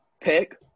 pick